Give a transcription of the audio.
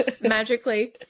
magically